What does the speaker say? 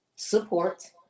support